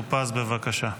חבר הכנסת טור פז, בבקשה,